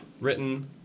written